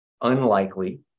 unlikely